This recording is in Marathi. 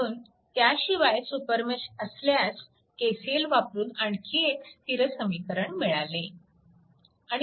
म्हणून त्या शिवाय सुपरमेश असल्यास KCL वापरून आणखी एक स्थिर समीकरण मिळाले